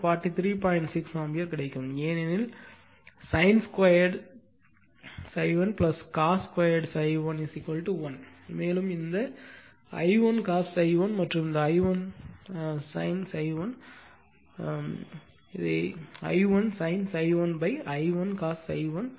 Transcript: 6 ampere கிடைக்கும் ஏனெனில் sin 2 ∅ 1 cos ∅ 1 1 மேலும் இந்த I1 cos ∅ 1 மற்றும் I1 sin ∅ 1 I1 sin ∅ 1 I1 cos ∅ 1